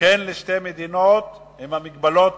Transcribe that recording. כן לשתי מדינות עם המגבלות